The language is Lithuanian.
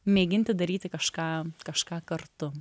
mėginti daryti kažką kažką kartu